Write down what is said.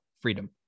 freedom